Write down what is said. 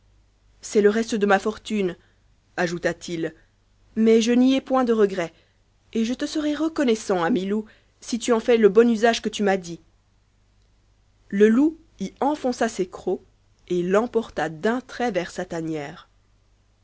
c'est le reste de ma fortune ajouta-t-il mais je n'y ai poiut de regrets et je te serai reconnaissant ami loup si tu en fais le bon usage que tu m'as dit le loup y enfonça ses crocs et l'emporta d un trait vers sa tanière